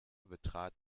betrat